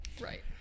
Right